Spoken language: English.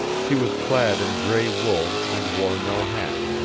she was clad in gray wool, and wore no hat.